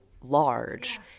large